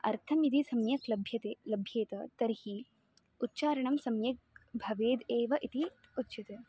अर्थं यदि सम्यक् लभ्यते लभ्यते तर्हि उच्चारणं सम्यग् भवेद् एव इति उच्यते